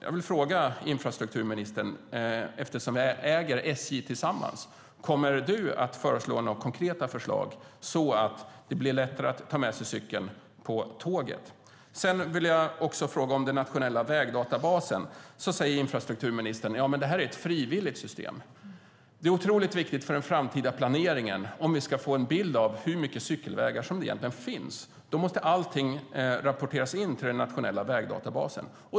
Jag vill fråga infrastrukturministern, eftersom vi äger SJ tillsammans: Kommer du att lämna några konkreta förslag så att det blir lättare att ta med sig cykeln på tåget? Jag vill också fråga om den nationella vägdatabasen. Infrastrukturministern säger att det är ett frivilligt system. Men det är otroligt viktigt för den framtida planeringen, för att vi ska få en bild av hur mycket cykelvägar som finns, att allt rapporteras in till den nationella vägdatabasen.